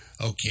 okay